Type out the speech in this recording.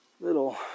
little